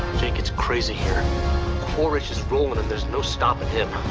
jake it's crazy here quaritch is ruling and there is no stopping him